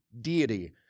Deity